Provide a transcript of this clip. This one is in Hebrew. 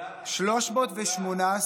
סגן השר המהולל.